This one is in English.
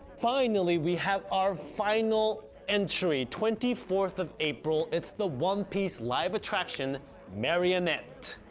finally, we have our final, entry, twenty fourth of april it's the one piece live attraction marionette,